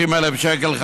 250,000 שקל,